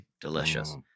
Delicious